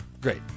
Great